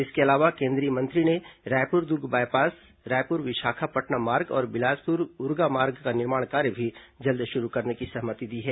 इसके अलावा केंद्रीय मंत्री ने रायपुर दुर्ग बायपास रायपुर विशाखापट्नम मार्ग और बिलासपुर उरगा मार्ग का निर्माण कार्य भी जल्द शुरू करने की सहमति दी है